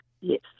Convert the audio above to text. Yes